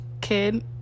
kid